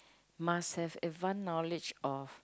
must have advance knowledge of